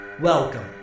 Welcome